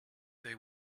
they